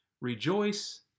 Rejoice